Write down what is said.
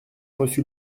reçu